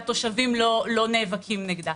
זה מפילנתרופיה אלא כדי לוודא שהתושבים לא נאבקים נגדה.